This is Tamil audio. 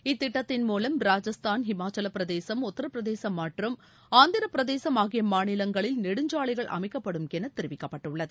இத்திட்டத்தின் மூலம் ராஜஸ்தான் ஹிமாச்சலப் பிரதேசம் உத்தாப் பிரதேசம் மற்றும் ஆந்திரப் பிரதேசம் ஆகிய மாநிலங்களில் நெடுஞ்சலைகள் அமைக்கப்படும் என தெரிவிக்கப்பட்டுள்ளது